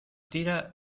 tira